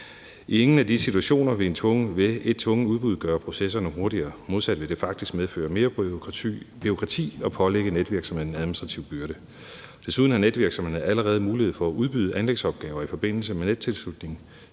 I ingen af de situationer vil et tvunget udbud gøre processerne hurtigere. Modsat vil det faktisk medføre mere bureaukrati og pålægge netvirksomhederne en administrativ byrde. Desuden har netvirksomhederne allerede mulighed for at udbyde anlægsopgaver i forbindelse med nettilslutning,